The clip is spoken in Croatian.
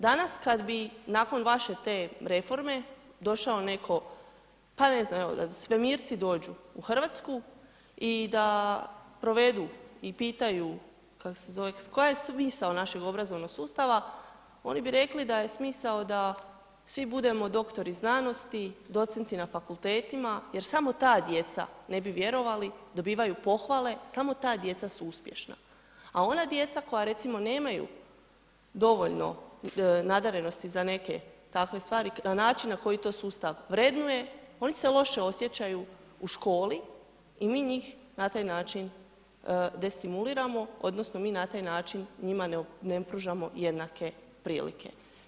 Danas kad bi nakon vaše te reforme došao neko, pa ne znam, evo da svemirci dođu RH i da provedu i pitaju, kak se zove, koji je smisao našeg obrazovnog sustava, oni bi rekli da je smisao da svi budemo doktori znanosti, docenti na fakultetima jer samo ta djeca, ne bi vjerovali, dobivaju pohvale, samo ta djeca su uspješna, a ona djeca koja recimo nemaju dovoljno nadarenosti za neke takve stvari, na način na koji to sustav vrednuje, oni se loše osjećaju u školi i mi njih na taj način destimuliramo odnosno mi na taj način njima ne pružamo jednake prilike.